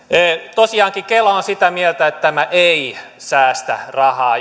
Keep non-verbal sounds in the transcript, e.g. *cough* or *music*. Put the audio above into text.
tosiaankin kela on sitä mieltä että tämä ei säästä rahaa *unintelligible*